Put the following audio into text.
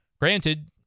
Granted